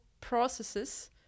processes